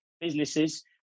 businesses